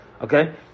Okay